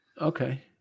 Okay